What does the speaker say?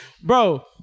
Bro